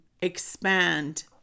expand